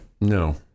No